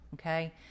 Okay